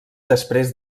després